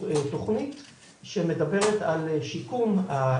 כבר פה אתם יכולים לראות בצד שמאל את